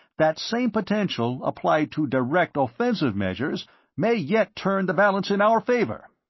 that same potential applied to direct offensive measures may yet turn the balance in our favor.